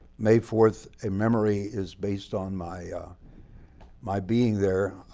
may fourth, a memory is based on my ah my being there,